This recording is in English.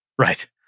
Right